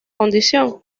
condición